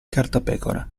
cartapecora